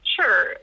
Sure